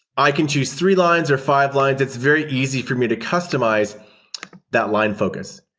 i can choose three lines or five lines. it's very easy for me to customize that line focus.